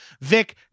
Vic